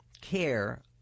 care